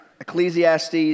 Ecclesiastes